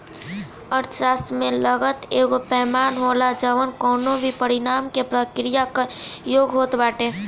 अर्थशास्त्र में लागत एगो पैमाना होला जवन कवनो भी परिणाम के प्रक्रिया कअ योग होत बाटे